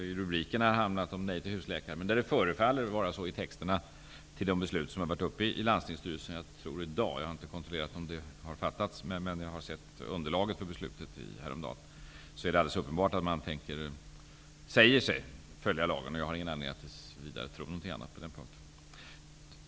I rubrikerna har det handlat om ''nej till husläkare'', men i texterna till de beslut som skulle tas upp i landstingsstyrelsen i dag -- jag har inte kontrollerat om beslut har fattats, men jag har sett underlaget -- är det uppenbart att man avser att följa lagen. Jag har ingen anledning att tro något annat.